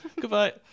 goodbye